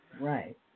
right